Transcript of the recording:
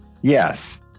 Yes